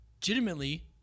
legitimately